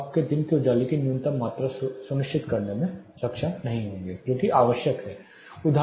तो आप दिन के उजाले की न्यूनतम मात्रा सुनिश्चित करने में सक्षम नहीं होंगे जो आवश्यक है